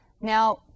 Now